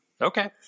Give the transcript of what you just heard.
Okay